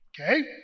Okay